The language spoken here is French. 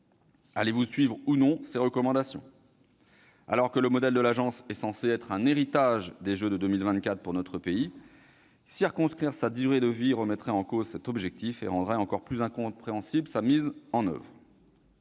Allez-vous suivre ses recommandations ? Alors que le modèle de l'agence est censé être un héritage des jeux de 2024 pour notre pays, circonscrire sa durée de vie remettrait en cause cet objectif et rendrait encore plus incompréhensible sa mise en oeuvre.